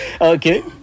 Okay